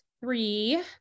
three